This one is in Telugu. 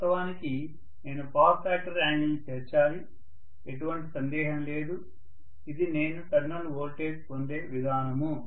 వాస్తవానికి నేను పవర్ ఫ్యాక్టర్ యాంగిల్ ని చేర్చాలి ఎటువంటి సందేహం లేదు ఇది నేను టెర్మినల్ వోల్టేజ్ పొందే విధానము